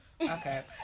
Okay